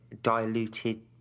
diluted